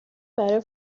برای